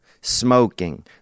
smoking